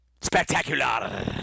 Spectacular